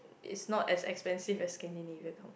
it's not as expensive as Scandinavia